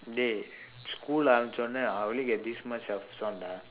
dey school ஆரம்பிச்ச உடனே:aarampichsa udanee I will only get this much of this one dah